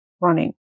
running